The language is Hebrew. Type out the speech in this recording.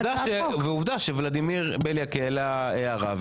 ועובדה שולדימיר בליאק העלה הערה,